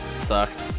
sucked